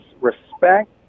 respect